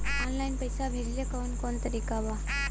Online पइसा भेजेला कवन कवन तरीका बा?